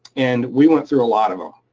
and we went through a lot of them.